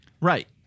Right